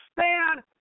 stand